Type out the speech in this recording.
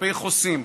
כלפי חוסים.